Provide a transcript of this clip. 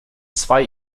zwei